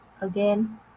again